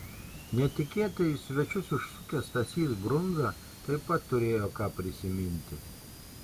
netikėtai į svečius užsukęs stasys brundza taip pat turėjo ką prisiminti